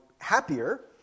happier